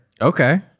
Okay